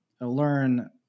learn